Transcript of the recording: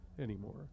anymore